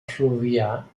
fluvià